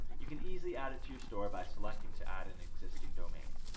you can easily add it to your store by selecting to add an existing domain.